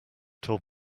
told